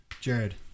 Jared